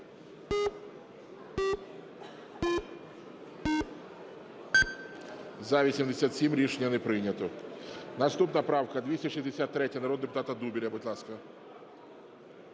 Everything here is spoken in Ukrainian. За-87 Рішення не прийнято. Наступна правка 263 народного депутата Дубеля, будь ласка.